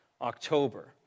October